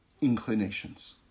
inclinations